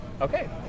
Okay